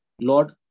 Lord